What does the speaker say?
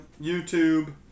YouTube